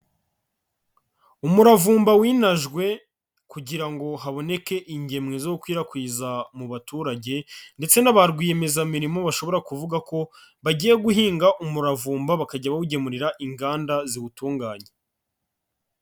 Umuravumba winajwe kugira ngo haboneke ingemwe zo gukwirakwiza mu baturage ndetse na ba rwiyemezamirimo bashobora kuvuga ko bagiye guhinga umuravumba bakajya bawugemurira inganda ziwutunganya.